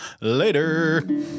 later